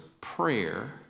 prayer